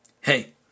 Hey